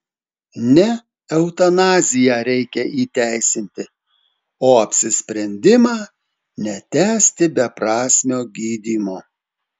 ne eutanaziją reikia įteisinti o apsisprendimą netęsti beprasmio gydymo